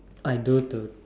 I do to